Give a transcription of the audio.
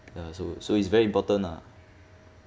ya so so it's very important ah